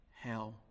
hell